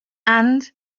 and